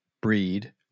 breed